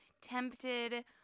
tempted